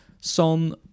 Son